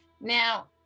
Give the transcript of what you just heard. Now